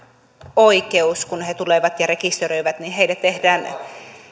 oikeus kun he he tulevat ja rekisteröityvät niin heille tehdään